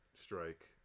strike